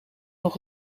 nog